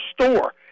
store